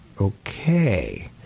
okay